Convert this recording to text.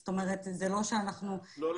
זאת אומרת זה לא שאנחנו --- לא.